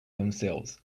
themselves